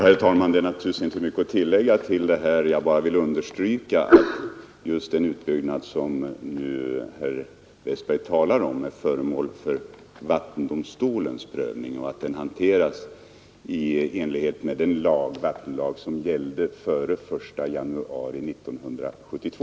Herr talman! Det är naturligtvis inte mycket att tillägga. Jag vill bara understryka att den utbyggnad som herr Westberg i Ljusdal talar om är föremål för vattendomstolens prövning och att den hanteras i enlighet med den vattenlag som gällde före den 1 januari 1972.